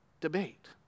debate